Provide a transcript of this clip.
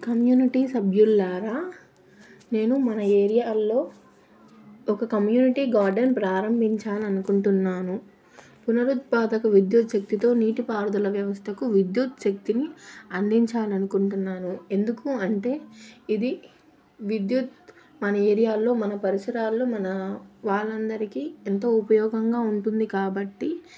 community సభ్యుల్లారా నేను మన ఏరియాలలో ఒక కమ్యూనిటీ గార్డెన్ ప్రారంభించాాలి అనుకుంటున్నాను పునరుత్పాదక విద్యుత్ శక్తితో నీటిపారుదల వ్యవస్థకు విద్యుత్ శక్తిని అందించాలి అనుకుంటున్నాను ఎందుకంటే ఇది విద్యుత్ మన ఏరియాలలో మన పరిసరాలలో మన వాళ్ళందరికి ఎంతో ఉపయోగకరంగా ఉంటుంది కాబట్టి